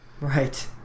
Right